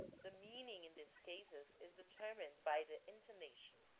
the meaning in these cases is de termined by the intonation.